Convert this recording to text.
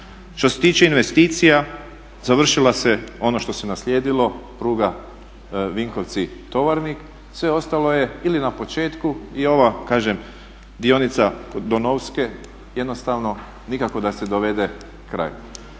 Što se tiče investicija završilo se ono što se naslijedilo, pruga Vinkovci-Tovarnik, sve ostalo je ili na početku, i ova kažem dionica do Novske jednostavno nikako da se dovede kraju.